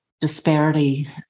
disparity